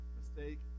mistake